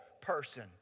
person